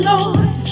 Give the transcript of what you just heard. Lord